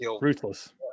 ruthless